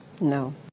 No